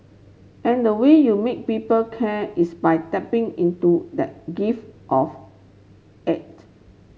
and the way you make people care is by tapping into that gift of eight